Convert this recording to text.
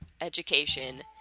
Education